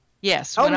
Yes